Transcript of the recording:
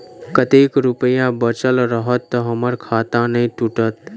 कतेक रुपया बचल रहत तऽ हम्मर खाता नै टूटत?